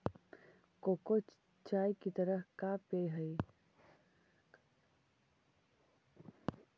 cocoa चाय की तरह का पेय हई